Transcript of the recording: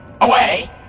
Away